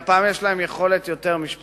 הפעם יש להם יותר יכולת משפטית,